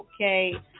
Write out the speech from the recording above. Okay